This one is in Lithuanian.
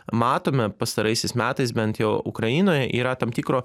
matome pastaraisiais metais bent jau ukrainoj yra tam tikro